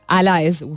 Allies